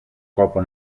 κόπο